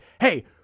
hey